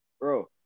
bro